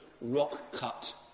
rock-cut